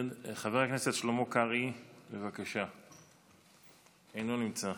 חבר הכנסת שלמה קרעי, בבקשה, אינו נמצא.